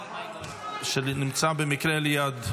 שנמצאת במקרה ליד,